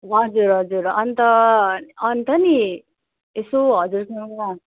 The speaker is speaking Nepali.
हजुर हजुर अन्त अन्त नि यसो हजुरसँग